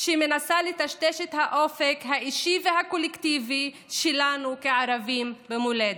שמנסה לטשטש את האופק האישי והקולקטיבי שלנו כערבים במולדת.